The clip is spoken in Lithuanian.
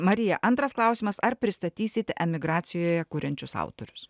marija antras klausimas ar pristatysite emigracijoje kuriančius autorius